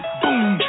boom